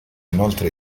inoltre